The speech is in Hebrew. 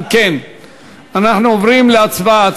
אנחנו עוברים להצבעה.